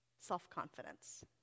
self-confidence